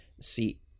see